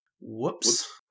Whoops